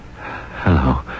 Hello